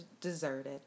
deserted